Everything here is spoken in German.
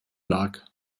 lag